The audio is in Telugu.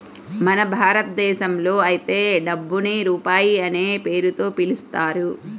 మన భారతదేశంలో అయితే డబ్బుని రూపాయి అనే పేరుతో పిలుస్తారు